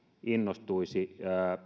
innostuisi